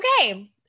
okay